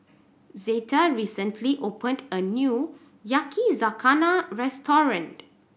Zeta recently opened a new Yakizakana Restaurant